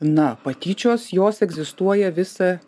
na patyčios jos egzistuoja visą